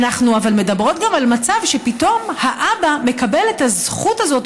אבל אנחנו מדברות גם על מצב שפתאום האבא מקבל את הזכות הזאת,